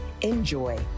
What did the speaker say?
Enjoy